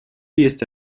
есть